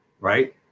right